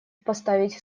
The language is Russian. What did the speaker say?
поставить